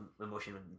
emotion